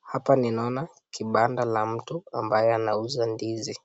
Hapa ninaona kibanda la mtu ambaye anauza ndizi.